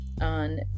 on